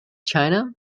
china